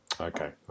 Okay